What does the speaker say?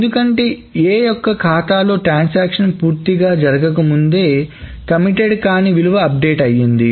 ఎందుకంటే A యొక్క ఖాతా లో ట్రాన్సాక్షన్ పూర్తిగా జరగకముందేకమిటెడ్ కానీ విలువ అప్డేట్ అయింది